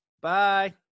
Bye